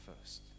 first